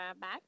back